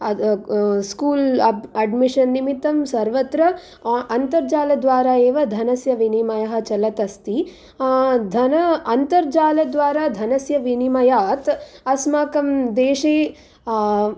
school admission निमितं सर्वत्र अ अन्तरिजालद्वारा एव धनस्य विनिमयः चलत् अस्ति धन अन्तर्जालद्वारा धनस्य विनिमयात् अस्माकं देशे